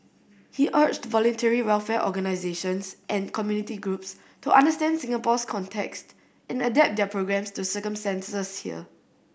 he urged voluntary welfare organisations and community groups to understand Singapore's context and adapt their programmes to circumstances here